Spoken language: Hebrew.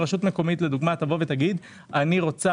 שרשות מקומית תבוא ותגיד: אני רוצה